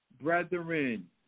Brethren